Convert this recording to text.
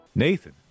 Nathan